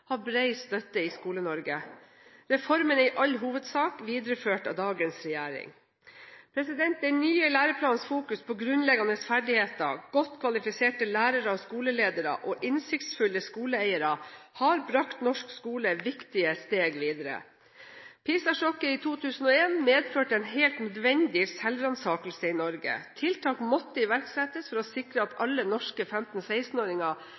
har bred støtte i Skole-Norge. Reformen er i all hovedsak videreført av dagens regjering. Den nye læreplanens fokus på grunnleggende ferdigheter, godt kvalifiserte lærere og skoleledere og innsiktsfulle skoleeiere, har bragt norsk skole viktige steg videre. PISA-sjokket i 2001 medførte en helt nødvendig selvransakelse i Norge. Tiltak måtte iverksettes for å sikre at